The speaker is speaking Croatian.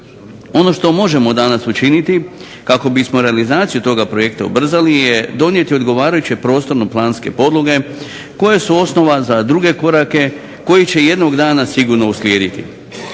Ono što možemo danas učiniti kako bismo realizaciju toga projekta ubrzali je donijeti odgovarajuće prostorno-planske podloge koje su osnova za druge korake koji će jednog dana sigurno uslijediti.